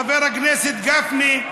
חבר הכנסת גפני,